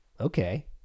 okay